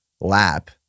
lap